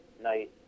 Night